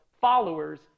followers